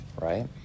right